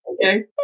okay